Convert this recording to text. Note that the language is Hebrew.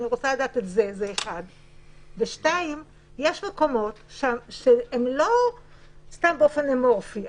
יש מקומות שהם לא סתם באופן אמורפי.